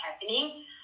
happening